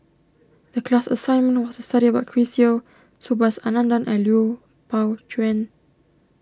the class assignment was to study about Chris Yeo Subhas Anandan and Liu Pao Chuen